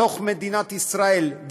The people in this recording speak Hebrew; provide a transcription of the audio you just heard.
בתוך מדינת ישראל,